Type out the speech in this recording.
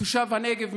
כתושב הנגב,